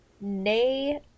nay